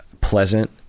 pleasant